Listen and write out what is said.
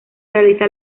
realiza